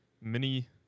Mini